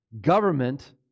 Government